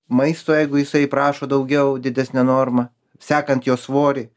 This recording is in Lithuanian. maisto jeigu jisai prašo daugiau didesnę normą sekant jo svorį